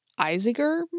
Isager